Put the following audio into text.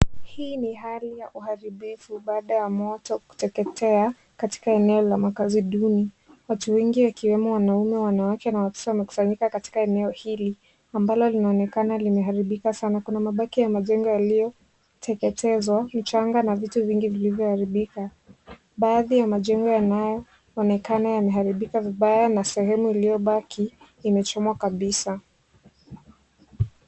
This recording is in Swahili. Hili ni hali ya uharibifu baada ya moto kuteketea katika eneo la makazi duni. Watu wengi wakiwemo wanaume wanawake na watoto wamekusanyika katika eneo hilo ambalo linaonekana limeharibika sana. Kuna mabaki ya majengo yaliyoteketezwa, mchanga na vitu vingi vilivyoharibika. Baadhi ya majengo yanayoonekana yameharibiwa vibaya na sehemu iliyobaki imechomwa kabisa.